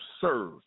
serve